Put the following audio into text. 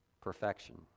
perfection